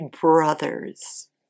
brothers